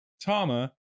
Tama